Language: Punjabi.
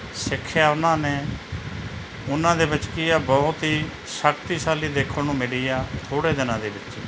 ਸਿੱਖਿਆ ਉਹਨਾਂ ਨੇ ਉਹਨਾਂ ਦੇ ਵਿੱਚ ਕੀ ਹੈ ਬਹੁਤ ਹੀ ਸ਼ਕਤੀਸ਼ਾਲੀ ਦੇਖਣ ਨੂੰ ਮਿਲੀ ਆ ਥੋੜ੍ਹੇ ਦਿਨਾਂ ਦੇ ਵਿੱਚ